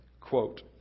Quote